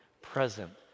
present